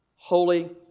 holy